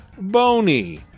Bony